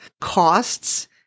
costs